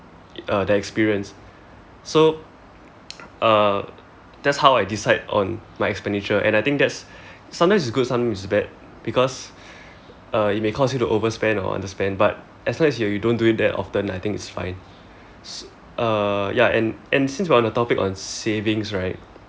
uh the experience so uh that's how I decide on my expenditure and I think that's sometimes it's good sometimes it's bad because uh it may cause you to over spend or under spend but as long as you don't do it that often I think it's fine s~ uh ya and and since we're on the topic on savings right